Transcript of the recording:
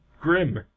grim